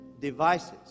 devices